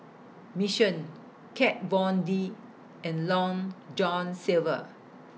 Mission Kat Von D and Long John Silver